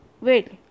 Wait